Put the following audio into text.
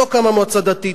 לא קמה מועצה דתית.